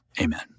amen